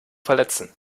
verletzen